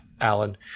Alan